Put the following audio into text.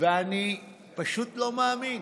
ואני פשוט לא מאמין.